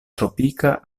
tropika